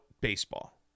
baseball